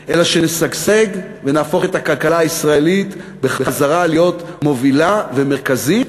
אלא נשגשג ונהפוך את הכלכלה הישראלית בחזרה להיות מובילה ומרכזית,